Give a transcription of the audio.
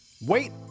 Wait